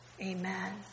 Amen